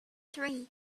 three